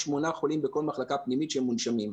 שמונה חולים בכל מחלקה פנימית שהם מונשמים.